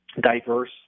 diverse